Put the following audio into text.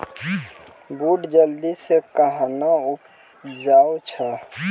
बूट जल्दी से कहना उपजाऊ छ?